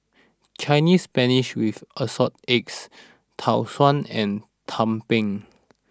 Chinese Spinach with Assorted Eggs Tau Suan and Tumpeng